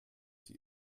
sie